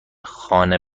خانه